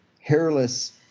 hairless